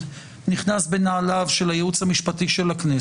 נהפוך הוא.